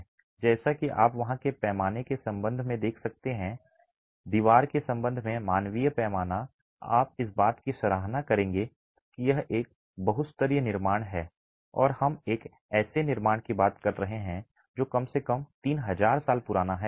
जैसा कि आप वहां के पैमाने के संबंध में देख सकते हैं दीवार के संबंध में मानवीय पैमाना आप इस बात की सराहना करेंगे कि यह एक बहुस्तरीय निर्माण है और हम एक ऐसे निर्माण की बात कर रहे हैं जो कम से कम 3000 साल पुराना है